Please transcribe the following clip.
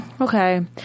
okay